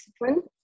discipline